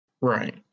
right